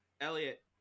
Elliot